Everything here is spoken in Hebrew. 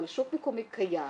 אבל שוק מקומי קיים